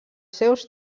seus